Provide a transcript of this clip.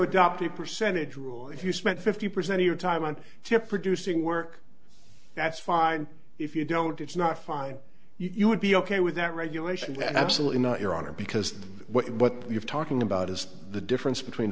adopt a percentage rule if you spent fifty percent of your time on to producing work that's fine if you don't it's not fine you would be ok with that regulation absolutely not your honor because what you're talking about is the difference between